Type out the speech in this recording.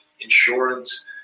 insurance